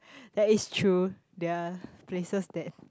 that is true there are places that